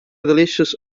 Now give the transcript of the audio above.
delicious